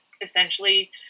essentially